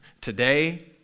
today